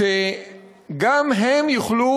הפעם אני אהיה קצר.